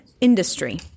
industry